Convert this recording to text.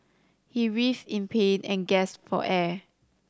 he writhed in pain and gasped for air